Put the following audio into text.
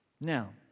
Now